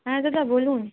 হ্যাঁ দাদা বলুন